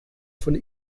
von